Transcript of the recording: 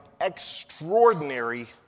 extraordinary